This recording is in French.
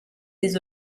des